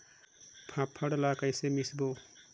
फाफण ला कइसे मिसबो?